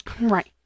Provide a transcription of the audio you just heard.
Right